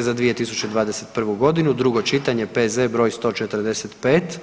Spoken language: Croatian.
za 2021. g., drugo čitanje, P.Z. br. 145.